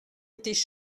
étaient